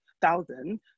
thousand